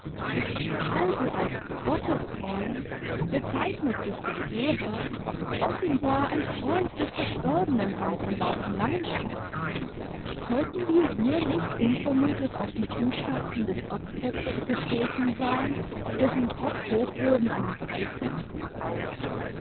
also als gottesfreund bezeichnet sich der geber offenbar ein freund des verstorbenen herrn von laufen langenstein sollten wir hier nicht unvermutet auf die fußtapfen des erzketzers gestoßen sein auf dessen kopf hochwürden einen preis setzen